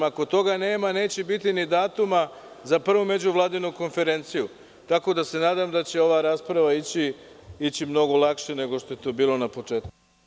Ako toga nema, neće biti ni datuma za prvu međuvladinu konferenciju, tako da se nadam da će ova rasprava ići mnogo lakše nego što je to bilo na početku.